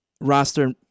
roster